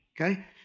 Okay